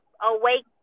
awake